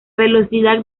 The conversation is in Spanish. velocidad